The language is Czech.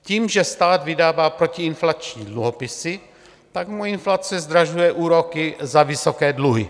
Tím, že stát vydává protiinflační dluhopisy, tak mu inflace zdražuje úroky za vysoké dluhy.